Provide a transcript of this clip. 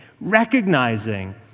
recognizing